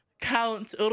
count